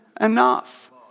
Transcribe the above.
enough